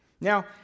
Now